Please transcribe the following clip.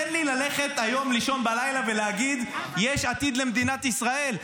תן לי ללכת לישון היום בלילה ולהגיד: יש עתיד למדינת ישראל.